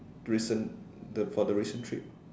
recent the for the recent trip